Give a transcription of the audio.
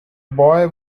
boy